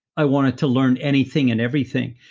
i wanted to learn anything and everything.